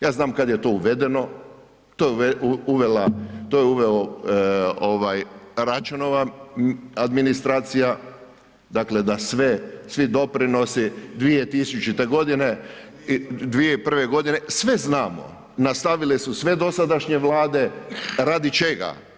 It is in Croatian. Ja znam kad je to uvedeno, to je uvela Račanova administracija, dakle da svi doprinosi 2000. g., 20001., sve znamo, nastavile su sve dosadašnje Vlade, radi čega?